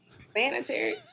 Sanitary